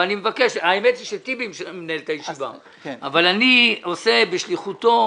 האמת היא שאחמד טיבי מנהל את הישיבה אבל אני עושה בשליחותו.